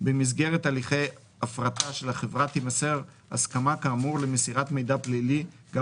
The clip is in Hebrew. במסגרת הליכי הפרטה של החברה תימסר הסכמה כאמור למסירת מידע פלילי גם